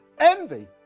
envy